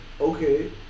Okay